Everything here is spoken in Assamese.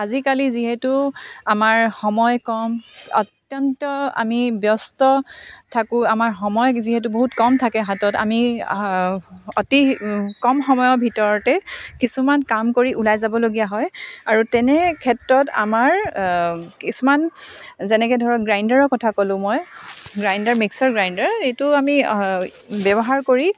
আজিকালি যিহেতু আমাৰ সময় কম অত্যন্ত আমি ব্যস্ত থাকোঁ আমাৰ সময় যিহেতো বহুত কম থাকে হাতত আমি অতি কম সময়ৰ ভিতৰতে কিছুমান কাম কৰি ওলাই যাবলগীয়া হয় আৰু তেনেক্ষেত্ৰত আমাৰ কিছুমান যেনেকৈ ধৰক গ্ৰাইণ্ডাৰৰ কথা ক'লোঁ মই গ্ৰাইণ্ডাৰ মিক্সাৰ গ্ৰাইণ্ডাৰ এইটো আমি ব্যৱহাৰ কৰি